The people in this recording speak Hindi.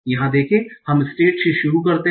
यहाँ देखें हम स्टेट से शुरू करते हैं